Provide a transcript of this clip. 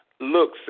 looks